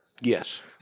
Yes